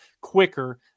quicker